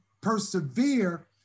persevere